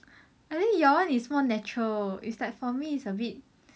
ah then your one is like more natural is like for me is a bit